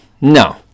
No